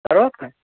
کَروکھا